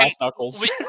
knuckles